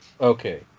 Okay